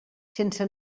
sense